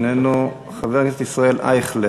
איננו, חבר הכנסת ישראל אייכלר,